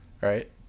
Right